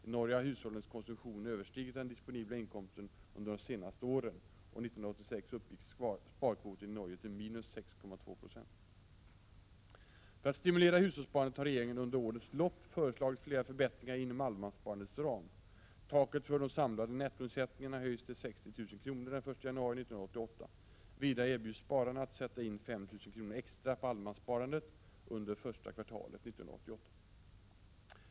I Norge har hushållens konsumtion överstigit den disponibla inkomsten under de senaste åren. År 1986 uppgick sparkvoten i Norge till minus 6,2 9. För att stimulera hushållssparandet har regeringen under årets lopp föreslagit flera förbättringar inom allemanssparandets ram. Taket för de samlade nettoinsättningarna höjs till 60 000 kr. den 1 januari 1988. Vidare erbjuds spararna att sätta in 5 000 kr. extra på allemanssparandet under första kvartalet 1988.